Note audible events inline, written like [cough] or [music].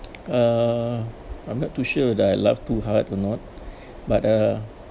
uh I'm not too sure that I laugh too hard or not [breath] but uh